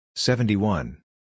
Seventy-one